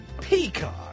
peacock